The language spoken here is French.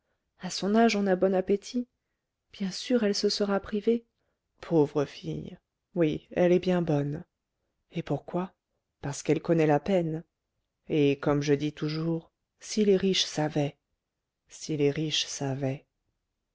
à son âge on a bon appétit bien sûr elle se sera privée pauvre fille oui elle est bien bonne et pourquoi parce qu'elle connaît la peine et comme je dis toujours si les riches savaient si les riches savaient